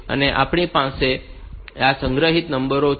તો આપણી પાસે આ રીતે સંગ્રહિત નંબરો હોય છે